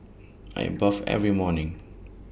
I bathe every morning